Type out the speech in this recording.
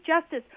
Justice